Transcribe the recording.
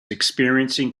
experiencing